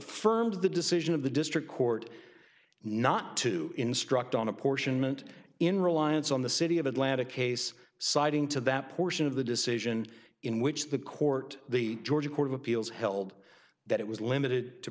affirmed the decision of the district court not to instruct on apportionment in reliance on the city of atlanta case citing to that portion of the decision in which the court the georgia court of appeals held that it was limited to